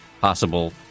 possible